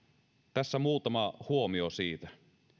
tässä muutama huomio siitä